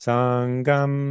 Sangam